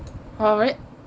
alright